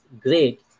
great